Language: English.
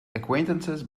acquaintances